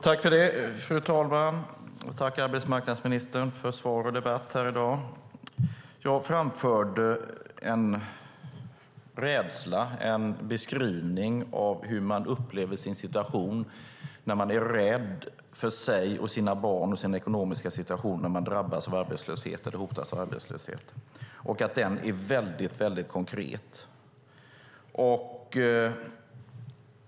Fru talman! Jag tackar arbetsmarknadsministern för svar och debatt här i dag. Jag framförde en beskrivning av hur man upplever sin situation när man är orolig för sig, sina barn och sin ekonomiska situation när man drabbas eller hotas av arbetslöshet och att oron är väldigt konkret.